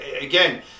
Again